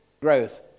growth